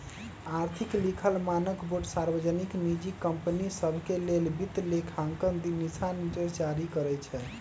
आर्थिक लिखल मानकबोर्ड सार्वजनिक, निजी कंपनि सभके लेल वित्तलेखांकन दिशानिर्देश जारी करइ छै